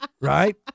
Right